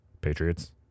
Patriots